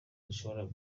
zishobora